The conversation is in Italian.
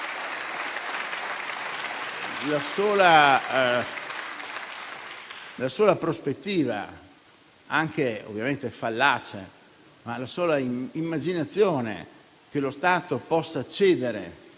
La sola prospettiva, anche fallace, la sola immaginazione che lo Stato possa cedere